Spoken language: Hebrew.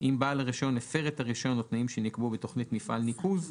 אם בעל הרישיון הפר את הרישיון או תנאים שנקבעו בתכנית מפעל הניקוז.